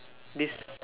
this